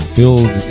build